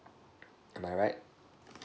am I right